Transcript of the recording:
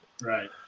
Right